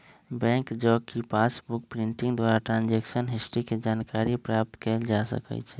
bank जा कऽ passbook printing द्वारा ट्रांजैक्शन हिस्ट्री के जानकारी प्राप्त कएल जा सकइ छै